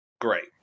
Great